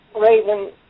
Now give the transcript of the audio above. Raven